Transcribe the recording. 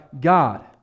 God